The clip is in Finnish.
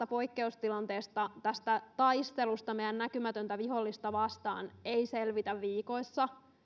vakavasta poikkeustilanteesta tästä taistelusta meidän näkymätöntä vihollista vastaan ei selvitä viikoissa